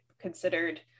considered